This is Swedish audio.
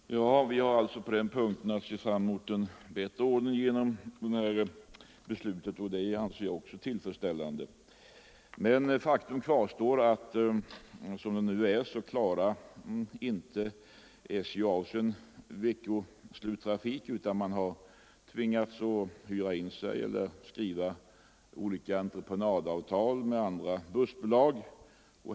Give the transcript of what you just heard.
Herr talman! Vi har alltså på den punkten att se fram mot en bättre ordning genom de fattade besluten, och det är tillfredsställande. Men faktum kvarstår att som det nu är klarar inte SJ av sin veckoslutstrafik utan har tvingats hyra in sig eller skriva entreprenadavtal med olika bussbolag.